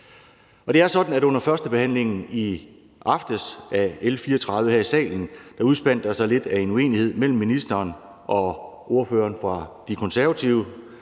Det var sådan, at der under førstebehandlingen af L 34 her i salen i aftes udspandt sig lidt af en uenighed mellem ministeren og ordføreren fra De Konservative